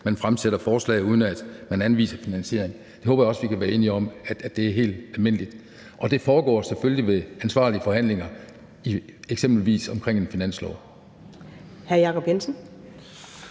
man fremsætter forslag, uden at man anviser finansiering. Det håber jeg også vi kan være enige om er helt almindeligt. Og det foregår selvfølgelig via ansvarlige forhandlinger om eksempelvis en finanslov.